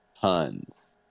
tons